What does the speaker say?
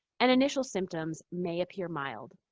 and initial symptoms may appear mild.